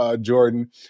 Jordan